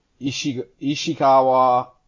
Ishikawa